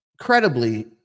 incredibly